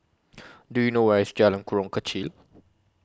Do YOU know Where IS Jalan Jurong Kechil